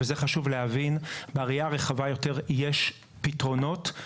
וזה חשוב להבין יש פתרונות.